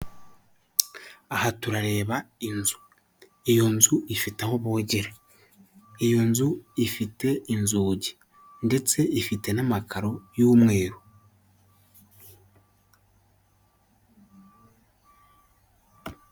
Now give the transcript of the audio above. Aha turareba inzu, iyo nzu ifite aho bogera, iyo nzu ifite inzugi ndetse ifite n'amakaro y'umweru.